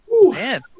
Man